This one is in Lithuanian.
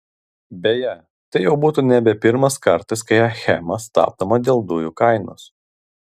beje tai jau būtų nebe pirmas kartas kai achema stabdoma dėl dujų kainos